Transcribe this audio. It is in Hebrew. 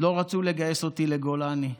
לא רצו לגייס אותי לגולני.